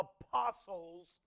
apostles